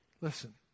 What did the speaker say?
Listen